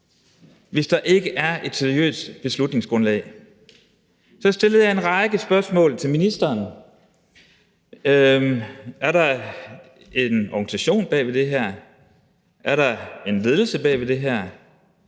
hvis der ikke er et seriøst beslutningsgrundlag. Så stillede jeg en række spørgsmål til ministeren: Er der en organisation bag ved det her? Er der en ledelse bag ved det her?